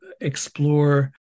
explore